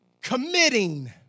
committing